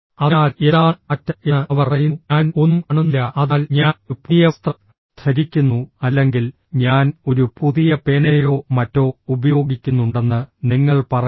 അതിനാൽ എന്താണ് മാറ്റം എന്ന് അവർ പറയുന്നു ഞാൻ ഒന്നും കാണുന്നില്ല അതിനാൽ ഞാൻ ഒരു പുതിയ വസ്ത്രം ധരിക്കുന്നു അല്ലെങ്കിൽ ഞാൻ ഒരു പുതിയ പേനയോ മറ്റോ ഉപയോഗിക്കുന്നുണ്ടെന്ന് നിങ്ങൾ പറയണം